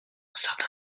certain